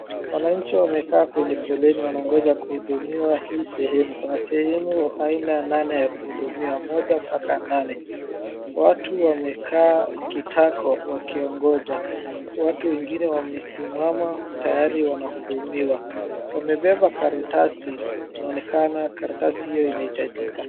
Wananchi wamekaa kwenye foleni wanaongoja kuhudumiwa hii sehemu. Kuna sehemu aina nane ya kuhudumiwa, moja mpaka nane. Watu wamekaa kitako wakiongoja. Watu wengine wamesimama tayari wanahudumiwa. Wamebeba karatasi, inaonekana karatasi hio inahitajika.